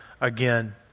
again